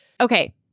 okay